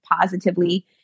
positively